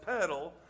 pedal